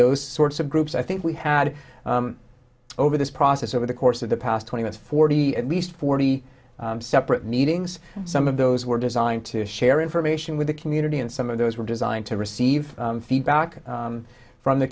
those sorts of groups i think we had over this process over the course of the past twenty months forty at least forty separate meetings some of those were designed to share information with the community and some of those were designed to receive feedback from the